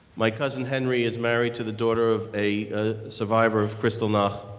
my cousin henry is married to the daughter of a survivor of kristallnacht.